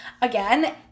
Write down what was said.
again